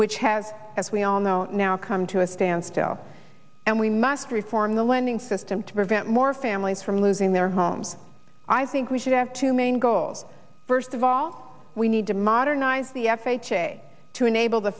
which has as we all know now come to a standstill and we must reform the lending system to prevent more families from losing their homes i think we should have two main goals first of all we need to modernize the f h a to enable the